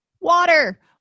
Water